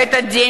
אדוני